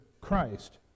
Christ